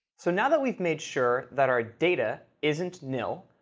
so now that we've made sure that our data isn't nil,